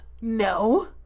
no